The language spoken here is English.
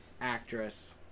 actress